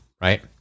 right